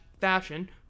fashion